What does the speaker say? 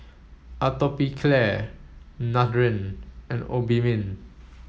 Atopiclair Nutren and Obimin